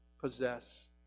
possess